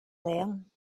learn